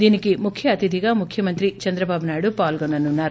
దీనికి ముఖ్య అతిథిగా ముఖ్యమంత్రి చంద్రబాబునాయుడు పాల్గొననున్నారు